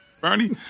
Bernie